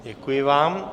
Děkuji vám.